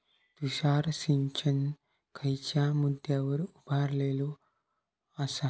तुषार सिंचन खयच्या मुद्द्यांवर उभारलेलो आसा?